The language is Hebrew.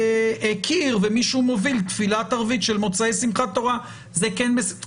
הקיר ומישהו מוביל תפילת ערבית של מוצאי שמחת תורה זה כן התקהלות?